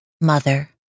Mother